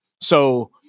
So-